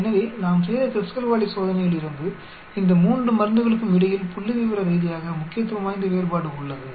எனவே நாம் செய்த க்ருஸ்கல் வாலிஸ் சோதனையிலிருந்து இந்த 3 மருந்துகளுக்கும் இடையில் புள்ளிவிவர ரீதியாக முக்கியத்துவம் வாய்ந்த வேறுபாடு உள்ளது